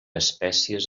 espècies